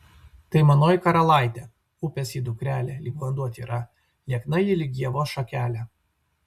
tai manoji karalaitė upės ji dukrelė lyg vanduo tyra liekna ji lyg ievos šakelė